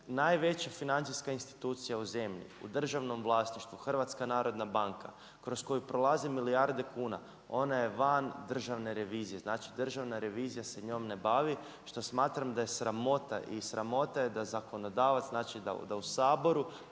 najveća financijska institucija u zemlji, u državnom vlasništvu HNB, kroz koju prolazi milijarde kuna, ona je van Državne revizije. Znači Državna revizija se s njom ne bavi, što smatram da je sramota. I sramota je da zakonodavac, znači da u Saboru